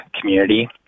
community